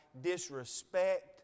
disrespect